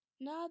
now